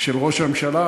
של ראש הממשלה,